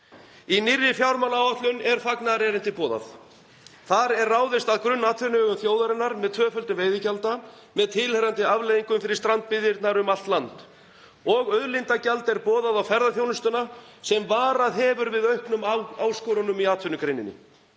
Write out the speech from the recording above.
Í nýrri fjármálaáætlun er fagnaðarerindið boðað. Þar er ráðist að grunnatvinnuvegum þjóðarinnar með tvöföldun veiðigjalda, með tilheyrandi afleiðingum fyrir strandbyggðirnar um allt land, og auðlindagjald er boðað á ferðaþjónustuna sem varað hefur við auknum áskorunum í atvinnugreininni.